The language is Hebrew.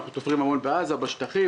אנחנו תופרים המון בעזה ובשטחים.